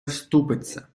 вступиться